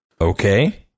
Okay